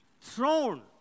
throne